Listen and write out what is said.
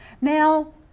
Now